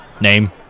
Name